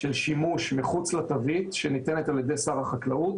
של שימוש מחוץ לתווית שניתנת על ידי שר החקלאות.